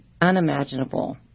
unimaginable